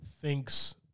thinks